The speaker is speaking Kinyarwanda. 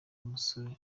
umusore